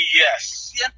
yes